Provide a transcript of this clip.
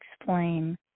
explain